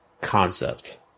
concept